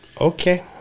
Okay